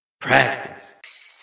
Practice